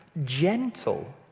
gentle